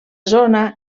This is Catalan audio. zona